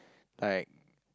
like